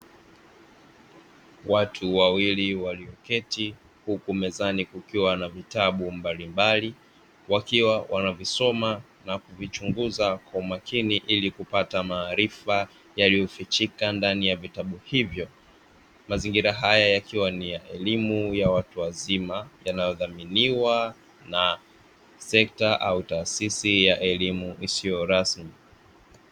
Watu wawili walioketi huku mezani kukiwa na vitabu mbalimbali wakiwa wanavisoma na kuvichunguza kwa umakini ili kupata maarifa yaliyofichika ndani ya vitabu hivyo; mazingira haya yakiwa ni ya elimu ya watu wazima yanayodhaminiwa na sekta au taasisi ya elimu isiyo rasmi.